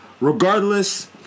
Regardless